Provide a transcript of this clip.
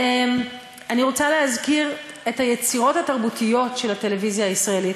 אני רוצה להזכיר את היצירות התרבותיות של הטלוויזיה הישראלית,